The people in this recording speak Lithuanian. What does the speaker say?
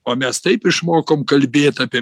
o mes taip išmokom kalbėt apie